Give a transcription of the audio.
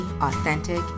authentic